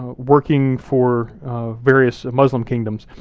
ah working for various muslim kingdoms,